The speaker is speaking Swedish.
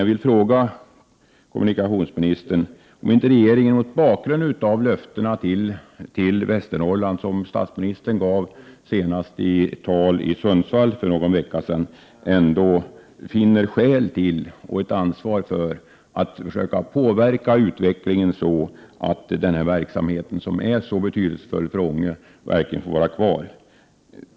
Jag vill fråga kommunikationsministern om inte regeringen, mot bakgrund av löftena till Västernorrland, som statsministern gav senast i ett tal i Sundsvall för någon vecka sedan, finner skäl och ansvar för att försöka påverka utvecklingen på ett sådant sätt att denna verksamhet, som är så betydelsefull för Ånge, får vara kvar.